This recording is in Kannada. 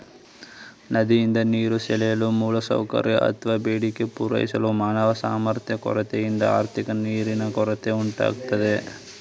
ನದಿಯಿಂದ ನೀರು ಸೆಳೆಯಲು ಮೂಲಸೌಕರ್ಯ ಅತ್ವ ಬೇಡಿಕೆ ಪೂರೈಸಲು ಮಾನವ ಸಾಮರ್ಥ್ಯ ಕೊರತೆಯಿಂದ ಆರ್ಥಿಕ ನೀರಿನ ಕೊರತೆ ಉಂಟಾಗ್ತದೆ